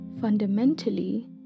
Fundamentally